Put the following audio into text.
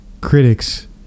critics